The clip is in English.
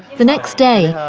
the next day,